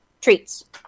treats